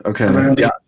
Okay